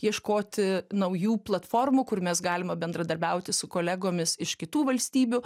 ieškoti naujų platformų kur mes galime bendradarbiauti su kolegomis iš kitų valstybių